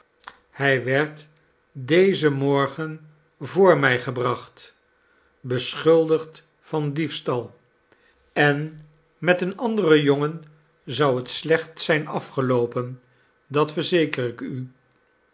hij werd dezen morgen voor mij gebracht beschuldigd van diefstal en met een anderen jongen zou het slecht zijn afgeloopen dat verzeker ik u